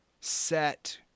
set